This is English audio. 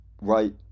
right